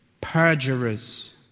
perjurers